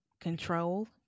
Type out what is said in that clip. control